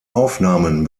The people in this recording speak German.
aufnahmen